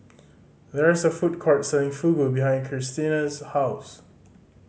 there is a food court selling Fugu behind Krystina's house